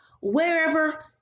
wherever